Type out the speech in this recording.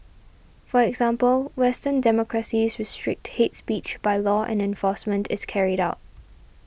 for example Western democracies restrict hates speech by law and enforcement is carried out